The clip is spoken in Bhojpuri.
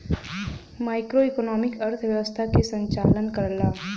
मैक्रोइकॉनॉमिक्स अर्थव्यवस्था क संचालन करला